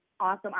awesome